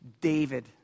David